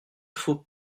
faut